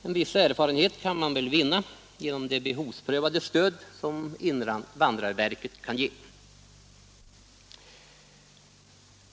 En viss erfarenhet kan väl vinnas genom det behovsprövade stöd som invandrarverket kan ge.